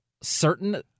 certain